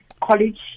college